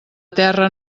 terra